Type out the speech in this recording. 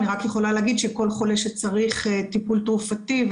אני רק יכולה להגיד שכל חולה שצריך טיפול תרופתי,